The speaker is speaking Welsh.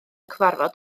cyfarfod